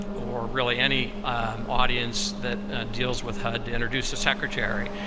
or really, any audience that deals with hud to introduce the secretary.